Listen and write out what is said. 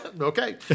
Okay